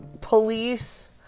police